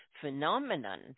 phenomenon